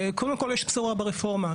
קודם כול, יש בשורה ברפורמה.